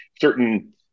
certain